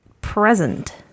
present